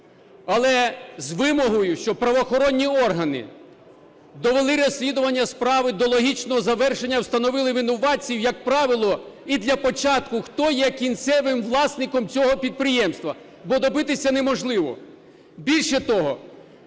але з вимогою, щоб правоохоронні органи довели розслідування справи до логічного завершення, встановили винуватців як правило і для початку хто є кінцевим власником цього підприємства. Бо добитися неможливо. Більше того,